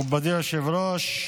מכובדי היושב-ראש,